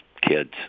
kids